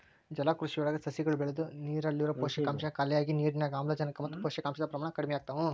ಜಲಕೃಷಿಯೊಳಗ ಸಸಿಗಳು ಬೆಳದು ನೇರಲ್ಲಿರೋ ಪೋಷಕಾಂಶ ಖಾಲಿಯಾಗಿ ನಿರ್ನ್ಯಾಗ್ ಆಮ್ಲಜನಕ ಮತ್ತ ಪೋಷಕಾಂಶದ ಪ್ರಮಾಣ ಕಡಿಮಿಯಾಗ್ತವ